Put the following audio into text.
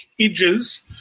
edges